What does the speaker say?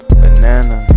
banana